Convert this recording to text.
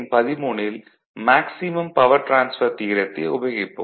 13ல் maximum power transfer தியரத்தை உபயோகிப்போம்